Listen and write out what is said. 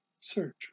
Search